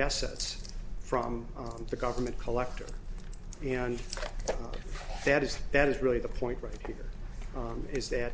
assets from the government collector and that is that is really the point right here one is that